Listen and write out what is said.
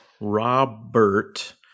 Robert